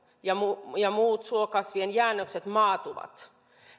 ja muut ja muut suokasvien jäännökset maatuvat